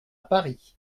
paris